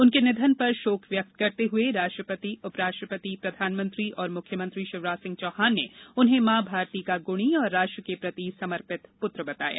उनके निधन पर शोक व्यक्त करते हुए राष्ट्रपति उपराष्ट्रपति प्रधानमंत्री और मुख्यमंत्री शिवराज सिंह ने उन्हें मॉ भारती का गुणी और रोष्ट्र के प्रति समर्पित पुत्र बताया